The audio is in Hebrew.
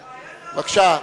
בבקשה.